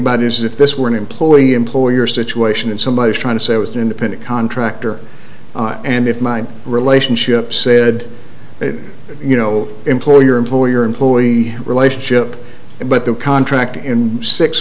about is if this were an employee employer situation and somebody is trying to say i was an independent contractor and if my relationship said you know employer employer employee relationship but the contract in six